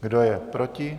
Kdo je proti?